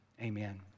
Amen